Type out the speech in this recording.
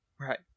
Right